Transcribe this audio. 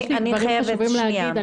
יש לי דברים חשובים להגיד.